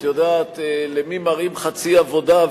את יודעת למי מראים חצי עבודה,